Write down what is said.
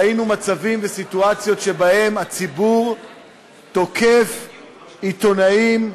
ראינו מצבים וסיטואציות שבהם הציבור תוקף עיתונאים,